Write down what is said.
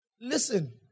Listen